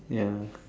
ya